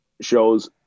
shows